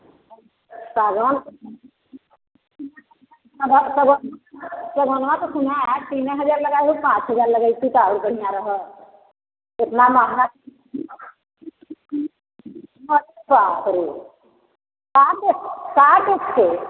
सागवान शगनवा के सुमा तीने हजार लगाये हैं पाँच हज़ार लगइती तो और बढ़िया रहत इतना महँगा का देख का देख कर